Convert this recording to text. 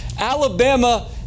Alabama